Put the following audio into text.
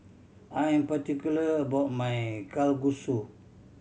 I am particular about my Kalguksu